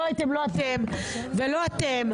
לא הייתם אתם ולא אתם,